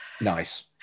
Nice